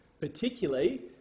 Particularly